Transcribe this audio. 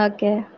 Okay